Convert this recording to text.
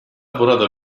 burada